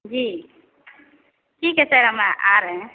जी ठीक है सर हम आ रहे हैं